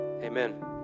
amen